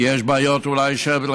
כי אולי יש בעיות של אינסטלציה,